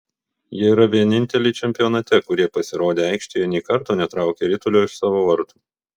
jie yra vieninteliai čempionate kurie pasirodę aikštėje nė karto netraukė ritulio iš savo vartų